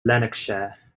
lanarkshire